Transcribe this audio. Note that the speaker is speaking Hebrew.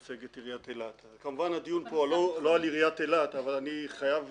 אבל אני חייב להעיר כמה דברים מכיוון שמתייחסים פה לנושאים משפטיים.